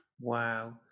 Wow